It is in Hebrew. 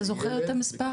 אתה זוכר את המספר?